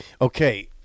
Okay